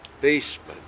basement